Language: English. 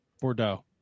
Bordeaux